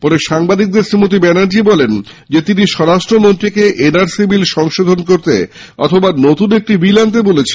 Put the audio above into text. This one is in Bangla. পরে সাংবাদিকদের শ্রীমতি ব্যানার্জী বলেন তিনি স্বরাষ্ট্রমন্ত্রীকে এন আর সি বিল সংশোধন করতে অখবা নতুন একটি বিল আনতে বলেছেন